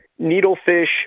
needlefish